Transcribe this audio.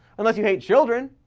unless you hate children.